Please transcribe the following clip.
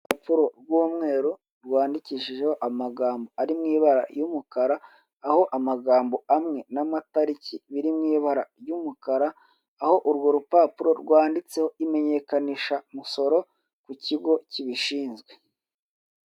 Urupapuro rw'umweru rwandikishijeho amagambo ari mu ibara y'umukara, aho amagambo amwe n'amatariki biri mu ibara ry'umukara, aho urwo rupapuro rwanditseho imenyekanishamusoro ku kigo kibishinzwe.